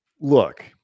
look